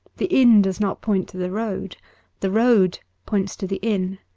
the inn does not point to the road the road points to the inn.